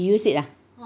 you use it ah